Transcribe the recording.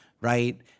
right